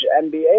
NBA